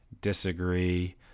disagree